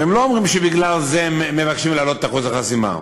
והם לא אומרים שבגלל זה הם מבקשים להעלות את אחוז החסימה.